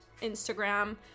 instagram